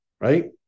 right